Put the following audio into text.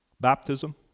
baptism